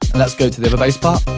and let's go to the other bass part.